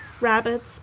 rabbits